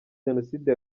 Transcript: jenoside